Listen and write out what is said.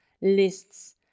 lists